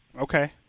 Okay